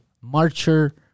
marcher